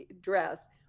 dress